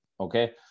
Okay